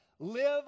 Live